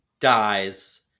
dies